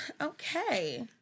Okay